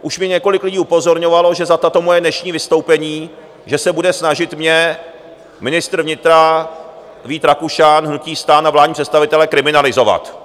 Už mě několik lidí upozorňovalo, že za tato moje dnešní vystoupení, že se bude snažit mě ministr vnitra Vít Rakušan, hnutí STAN a vládní představitelé kriminalizovat.